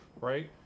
right